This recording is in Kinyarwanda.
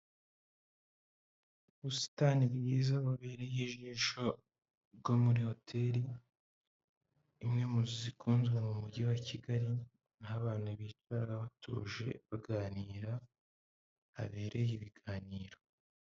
Ubusita ni bwiza bubereye ijisho bwo muri hoteli imwe mu zikunzwe mu mujyi wa kigali n'abana bicara batuje baganira habereye ibiganiro.